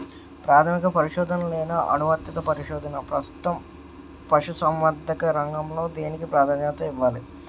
ప్రాథమిక పరిశోధన లేదా అనువర్తిత పరిశోధన? ప్రస్తుతం పశుసంవర్ధక రంగంలో దేనికి ప్రాధాన్యత ఇవ్వాలి?